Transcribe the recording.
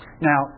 Now